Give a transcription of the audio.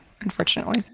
unfortunately